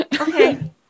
Okay